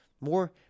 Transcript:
More